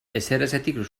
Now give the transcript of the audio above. ezerezetik